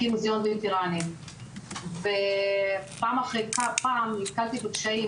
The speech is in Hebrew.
להקים מוזיאון וטרנים ופעם אחר פעם נתקלתי בקשיים,